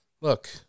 look